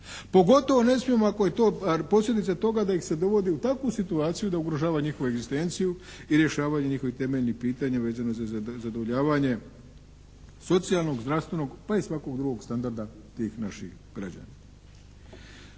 Pogotovo ne smijemo ako je to posljedica toga da ih se dovodi u takvu situaciju da ugrožava njihovu egzistenciju i rješavanje njihovih temeljnih pitanja vezano za zadovoljavanje socijalnog, zdravstvenog pa i svakog drugog standarda tih naših građana.